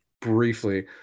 briefly